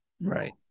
Right